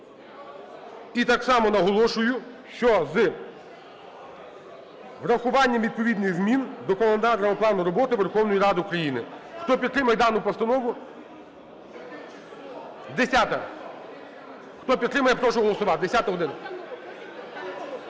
І так само наголошую, що з врахуванням відповідних змін до календарного плану роботи Верховної Ради України. Хто підтримує дану постанову... 10-а. Хто підтримує, я прошу голосувати. 10